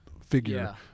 figure